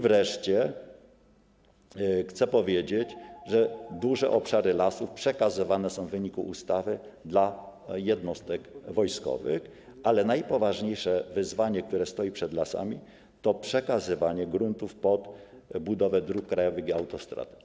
Wreszcie chcę powiedzieć, że duże obszary lasów przekazywane są w wyniku ustawy jednostkom wojskowym, ale najpoważniejsze wyzwanie, które stoi przed lasami, to przekazywanie gruntów pod budowę dróg krajowych i autostrad.